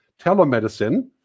Telemedicine